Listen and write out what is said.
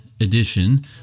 edition